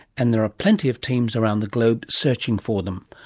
and there are plenty of teams around the globe searching for them.